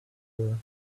her